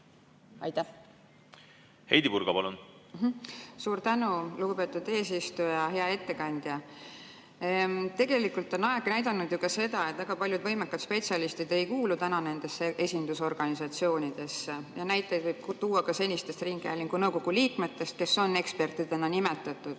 Heidy Purga, palun! Suur tänu, lugupeetud eesistuja! Hea ettekandja! Tegelikult on aeg näidanud ju ka seda, et väga paljud võimekad spetsialistid ei kuulu täna nendesse esindusorganisatsioonidesse. Näiteid võib tuua ka seniste ringhäälingu nõukogu liikmete kohta, kes on ekspertidena nimetatud